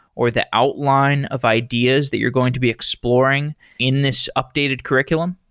or the outline of ideas that you're going to be exploring in this updated curriculum?